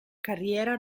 carriera